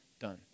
done